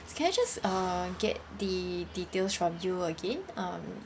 can I just uh get the details from you again um